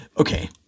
Okay